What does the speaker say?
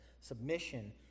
Submission